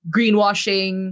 Greenwashing